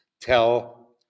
tell